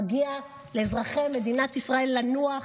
ומגיע לאזרחי מדינת ישראל לנוח.